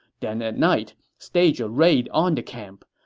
then at night, stage a raid on the camp.